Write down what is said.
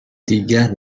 دیگر